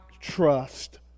trust